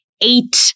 eight